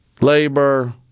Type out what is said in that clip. Labor